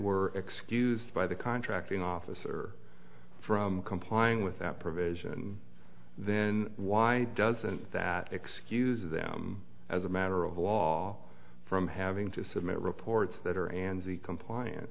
were excused by the contracting officer from complying with that provision then why doesn't that excuse them as a matter of law from having to submit reports that are and the compliant